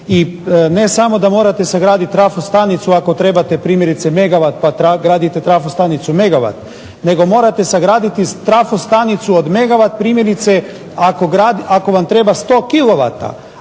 ne samo da morate sagradit trafostanicu ako trebate primjerice megawat pa gradite trafostanicu megawat nego morate sagraditi trafostanicu od megawat. Primjerice ako vam treba 100